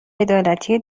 عدالتی